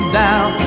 down